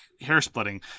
hair-splitting